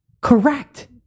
correct